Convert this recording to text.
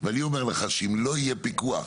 ואני אומר לך שאם לא יהיה פיקוח,